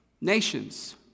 nations